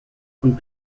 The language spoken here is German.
und